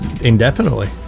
Indefinitely